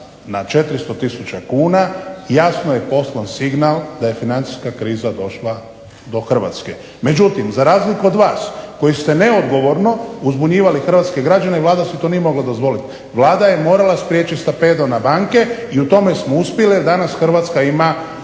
na 400 tisuća kuna, jasno je poslan signal da je financijska kriza došla do Hrvatske. Međutim, za razliku od vas koji ste neodgovorno uzbunjivali hrvatske građane Vlada si to nije mogla dozvoliti. Vlada je morala spriječiti stampedo na banke i u tome smo uspjeli i danas Hrvatska ima